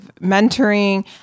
mentoring